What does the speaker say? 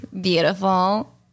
Beautiful